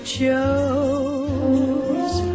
chose